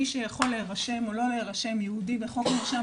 מי שיכול להירשם או לא להירשם יהודי בחוק מרשם